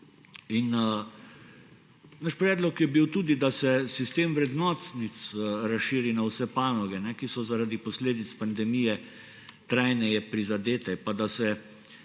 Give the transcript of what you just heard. Naš predlog je bil tudi, da se sistem vrednotnic razširi na vse panoge, ki so zaradi posledic pandemije trajneje prizadete, pa da se